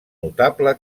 notable